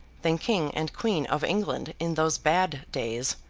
than king and queen of england in those bad days,